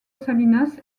salinas